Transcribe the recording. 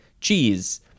cheese